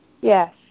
Yes